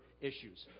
issues